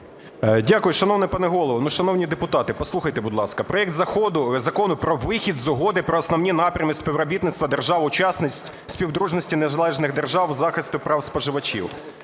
Дякую. Шановний пане Голово, вельмишановні депутати, послухайте, будь ласка. Проект Закону про вихід з Угоди про основні напрями співробітництва держав - учасниць Співдружності Незалежних Держав в галузі захисту прав споживачів.